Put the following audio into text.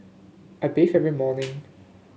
I bathe every morning